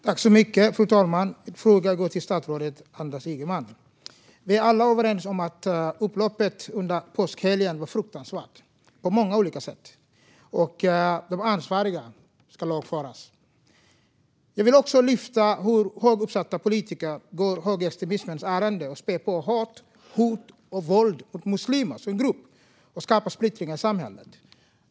Fru talman! Min fråga går till statsrådet Anders Ygeman. Vi är alla överens om att upploppen under påskhelgen var fruktansvärda på många olika sätt. De ansvariga ska lagföras. Jag vill också lyfta hur högt uppsatta politiker går högerextremismens ärenden och spär på hat, hot och våld mot muslimer som grupp och skapar splittring i samhället.